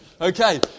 Okay